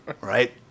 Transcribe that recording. right